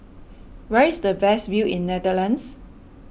where is the best view in Netherlands